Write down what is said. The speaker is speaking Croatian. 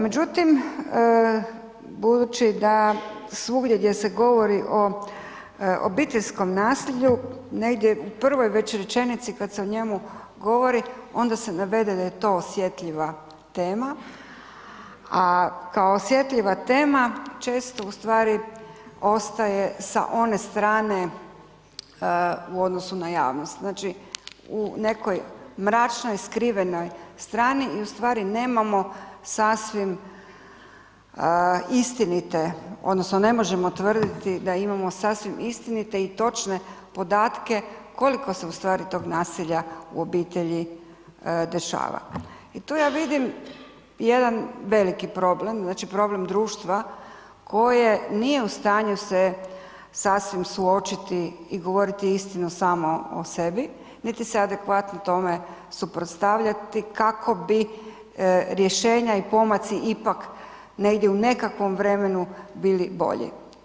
Međutim, budući da svugdje gdje se govori o obiteljskom nasilju negdje u prvoj već rečenici kad se o njemu govori onda se navede da je to osjetljiva tema, a kao osjetljiva tema često u stvari ostaje sa one strane u odnosu na javnost, znači u nekoj mračnoj skrivenoj strani i u stvari nemamo sasvim istinite odnosno ne možemo tvrditi da imamo sasvim istinite i točne podatke koliko se u stvari tog nasilja u obitelji dešava i tu ja vidim jedan veliki problem, znači problem društva koje nije u stanju se sasvim suočiti i govoriti istinu samo o sebi, niti se adekvatno tome suprotstavljati kako bi rješenja i pomaci ipak negdje u nekakvom vremenu bili bolji.